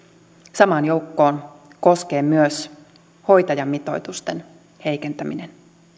samaan joukkoon koskee myös hoitajamitoitusten heikentäminen